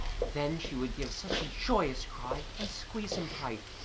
then she would give such a joyous cry and squeeze him tight.